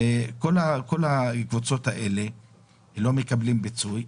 בכל הקבוצות האלה לא מקבלים פיצוי,